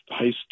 heist